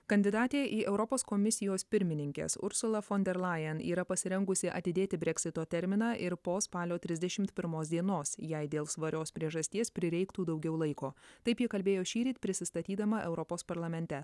kandidatė į europos komisijos pirmininkes ursula fon der lajen yra pasirengusi atidėti breksito terminą ir po spalio trisdešimt pirmos dienos jei dėl svarios priežasties prireiktų daugiau laiko taip ji kalbėjo šįryt prisistatydama europos parlamente